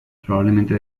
probablemente